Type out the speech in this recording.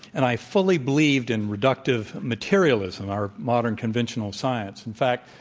and i fully believed in reductive materialism, our modern conventional science. in fact,